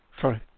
Sorry